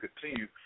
continue